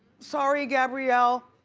sorry, gabrielle.